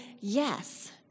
yes